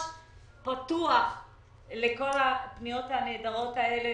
קצה נפשנו בכל ההתנהלות המבזה הזאת.